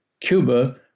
Cuba